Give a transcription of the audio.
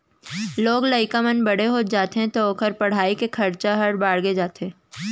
लोग लइका मन बड़े हो जाथें तौ ओकर पढ़ाई के खरचा ह बाड़गे जाथे